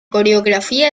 coreografía